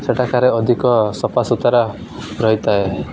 ସେଠାକାରେ ଅଧିକ ସଫା ସୁତୁରା ରହିଥାଏ